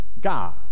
God